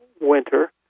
winter